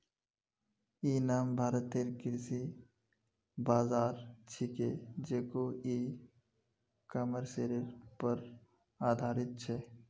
इ नाम भारतेर कृषि बाज़ार छिके जेको इ कॉमर्सेर पर आधारित छ